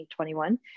2021